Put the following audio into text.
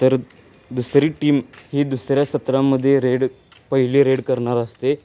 तर दुसरी टीम ही दुसऱ्या सत्रामध्ये रेड पहिले रेड करणार असते